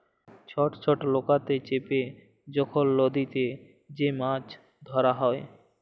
ছট ছট লকাতে চেপে যখল লদীতে যে মাছ ধ্যরা হ্যয়